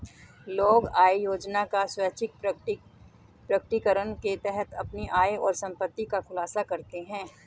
लोग आय योजना का स्वैच्छिक प्रकटीकरण के तहत अपनी आय और संपत्ति का खुलासा करते है